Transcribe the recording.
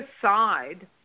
aside